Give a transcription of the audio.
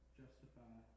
justify